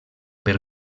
per